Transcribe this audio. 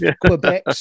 Quebec